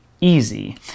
easy